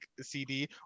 CD